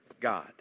God